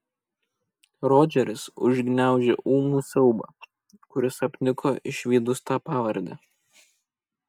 rodžeris užgniaužė ūmų siaubą kuris apniko išvydus tą pavardę